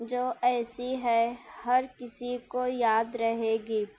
جو ایسی ہے ہر کسی کو یاد رہے گی